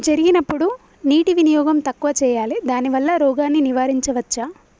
జరిగినప్పుడు నీటి వినియోగం తక్కువ చేయాలి దానివల్ల రోగాన్ని నివారించవచ్చా?